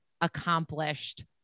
accomplished